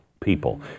people